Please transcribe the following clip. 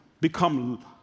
become